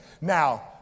Now